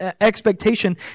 expectation